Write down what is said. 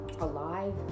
alive